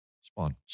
Spawn